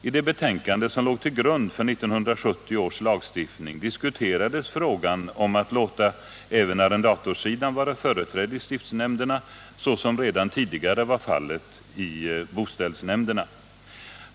I det betänkande som låg till grund för 1970 års lagstiftning diskuterades frågan om att låta även arrendatorssidan vara företrädd i stiftsnämnderna, så som redan tidigare var fallet i boställsnämnderna.